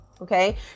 Okay